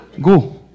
Go